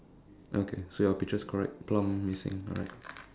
okay so your peaches correct plum missing alright